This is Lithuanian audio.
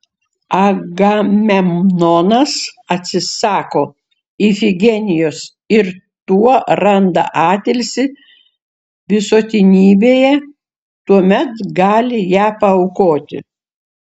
agamemnonas atsisako ifigenijos ir tuo randa atilsį visuotinybėje tuomet gali ją paaukoti